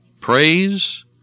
Praise